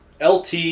LT